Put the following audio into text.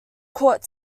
caught